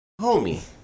Homie